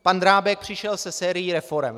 Pan Drábek přišel se sérií reforem.